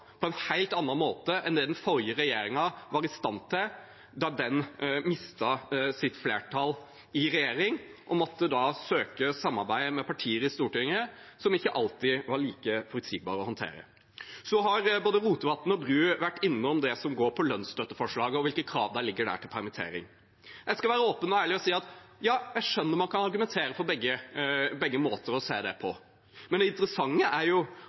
den forrige regjeringen var i stand til, da den mistet sitt flertall i regjering og måtte søke samarbeid med partier i Stortinget som ikke alltid var like forutsigbare å håndtere. Både Rotevatn og Bru har vært innom lønnsstøtteforslaget og hvilke krav til permittering som ligger der. Jeg skal være åpen og ærlig å si at jeg skjønner at man kan argumentere for begge måter å se det på, men det interessante er jo